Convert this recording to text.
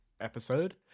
episode